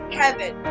heaven